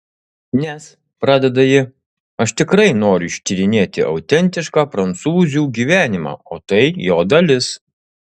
nes pradeda ji aš tikrai noriu ištyrinėti autentišką prancūzių gyvenimą o tai jo dalis